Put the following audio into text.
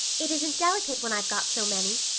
it isn't delicate when i've got so many.